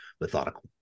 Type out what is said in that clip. methodical